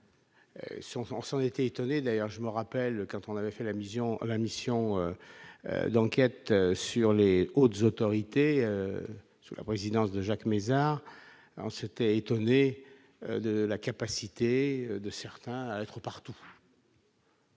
on s'en était étonné d'ailleurs, je me rappelle quand on avait fait la mission, la mission d'enquête sur les hautes autorités sous la présidence de Jacques Mézard, on s'était étonné de la capacité de certains être partout.